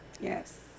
Yes